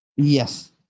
Yes